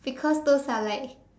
because those are like